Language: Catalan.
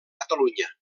catalunya